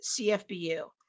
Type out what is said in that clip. CFBU